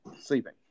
sleeping